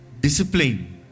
Discipline